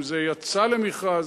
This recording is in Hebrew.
אם זה יצא למכרז,